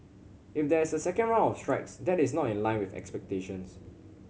if there is a second round of strikes that is not in line with expectations